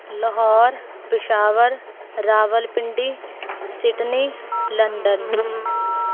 Lahore Peshawar Rawalpindi Sydney London